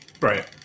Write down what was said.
Right